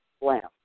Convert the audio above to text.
lamp